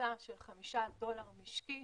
ממוצע של חמישה דולר משקי,